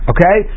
Okay